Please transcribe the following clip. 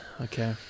Okay